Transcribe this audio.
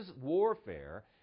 warfare